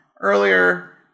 earlier